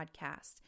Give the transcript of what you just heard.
podcast